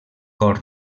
cor